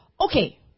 okay